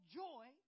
joy